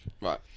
Right